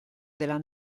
della